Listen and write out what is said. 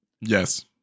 Yes